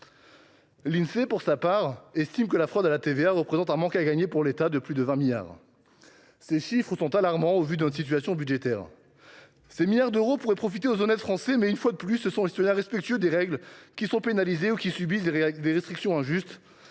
L’Insee, pour sa part, estime que la fraude à la TVA représente un manque à gagner pour l’État de plus de 20 milliards d’euros. Ces chiffres sont alarmants au vu de notre situation budgétaire. Ces milliards d’euros pourraient profiter aux honnêtes Français, mais, une fois de plus, ce sont les citoyens respectueux des règles qui sont pénalisés ou qui subissent des restrictions injustes.